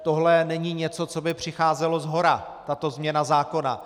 Tohle není něco, co by přicházelo shora, tato změna zákona.